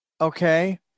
okay